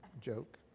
joke